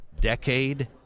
decade